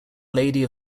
lady